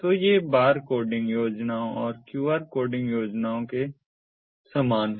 तो ये बार कोडिंग योजनाओं और QR कोडिंग योजनाओं के समान हैं